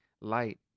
light